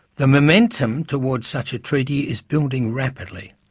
the momentum towards such a treaty is building rapidly.